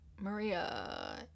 Maria